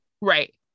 Right